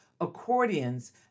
accordions